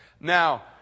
Now